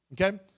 Okay